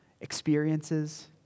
experiences